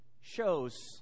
shows